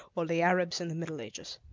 or the arabs in the middle ages.